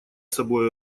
собой